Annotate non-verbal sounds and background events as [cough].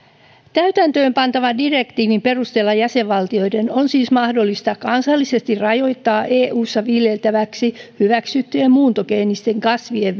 täytäntöön pantavan direktiivin perusteella jäsenvaltioiden on siis mahdollista kansallisesti rajoittaa eussa viljeltäväksi hyväksyttyjen muuntogeenisten kasvien [unintelligible]